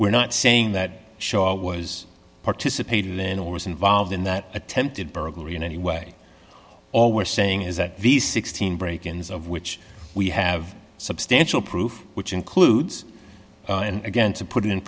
we're not saying that shaw was participated in or was involved in that attempted burglary in any way all we're saying is that these sixteen break ins of which we have substantial proof which includes again to put it in